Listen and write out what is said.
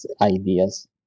ideas